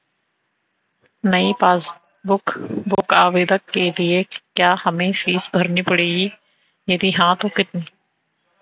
नयी passbook book आवेदन के लिए क्या हमें फीस भरनी पड़ेगी यदि हाँ तो कितनी?